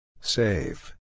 Save